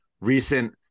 recent